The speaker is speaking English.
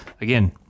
again